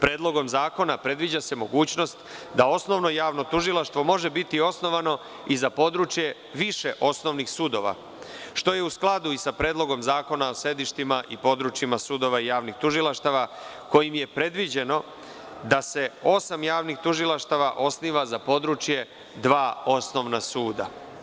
Predlogom zakona predviđa se mogućnost da osnovno javno tužilaštvo može biti osnovano i za područje više osnovnih sudova, što je u skladu sa Predlogom zakona o sedištima i područjima sudova i javnih tužilaštva, kojim je predviđeno da se osam javnih tužilaštva osniva za područje dva osnovna suda.